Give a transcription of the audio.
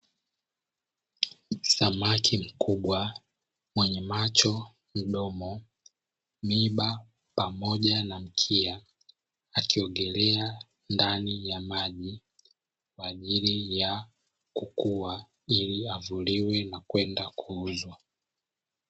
Samaki mkubwa mwenye macho, mdomo, miiba pamoja na mkia akiogelea ndani ya maji kwa ajili ya kukua ili avuliwe na kwenda kuuzwa.